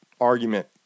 argument